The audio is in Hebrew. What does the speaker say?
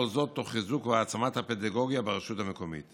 וכל זאת תוך חיזוק והעצמת הפדגוגיה ברשות המקומית.